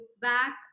back